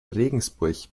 regensburg